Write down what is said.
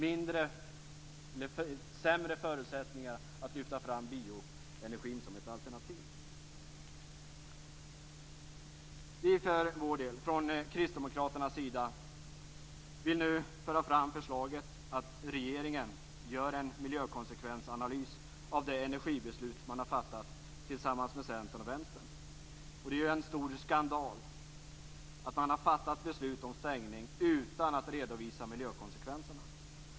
Vi får sämre förutsättningar att lyfta fram bioenergin som ett alternativ. Vi från Kristdemokraternas sida vill nu föra fram förslaget att regeringen gör en miljökonsekvensanalys av det energibeslut man har fattat tillsammans med Centern och Vänstern. Det är en stor skandal att man har fattat beslut om stängning utan att redovisa miljökonsekvenserna.